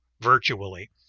virtually